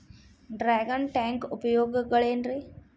Dragon tank ಉಪಯೋಗಗಳೆನ್ರಿ?